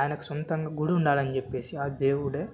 ఆయనకు సొంతంగా గుడుండాలనిచ్చేప్పేసి ఆ దేవుడే